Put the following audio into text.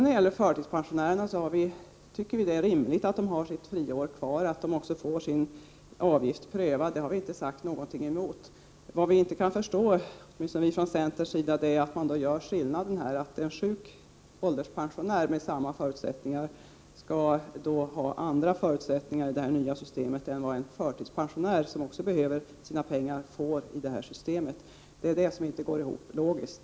När det gäller förtidspensionärerna tycker vi att det är rimligt att de har sitt friår kvar och att de också får sin avgift prövad. Det har vi inte sagt någonting emot. Vad vi inte kan förstå, åtminstone vi från centern, är att en sjuk ålderspensionär i det nya systemet skall ha andra förutsättningar än en förtidspensionär som också behöver sina pengar. Det går inte ihop logiskt.